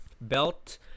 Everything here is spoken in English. belt